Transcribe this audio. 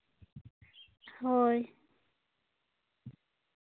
ᱦᱳᱭ